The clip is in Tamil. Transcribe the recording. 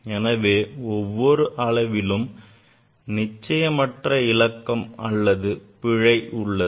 எனவே ஒவ்வொரு அளவிலும் நிச்சயமற்ற இலக்கம் அல்லது பிழை உள்ளது